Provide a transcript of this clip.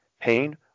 pain